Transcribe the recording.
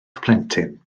plentyn